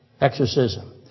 exorcism